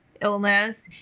illness